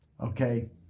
Okay